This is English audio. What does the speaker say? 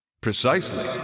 Precisely